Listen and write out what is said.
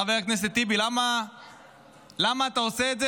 חבר הכנסת טיבי: למה אתה עושה את זה